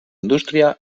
indústria